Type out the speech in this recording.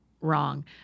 wrong